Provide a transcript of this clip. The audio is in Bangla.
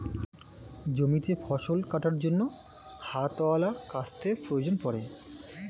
জমিতে ফসল কাটার জন্য হাতওয়ালা কাস্তের প্রয়োজন পড়ে